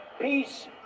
Peace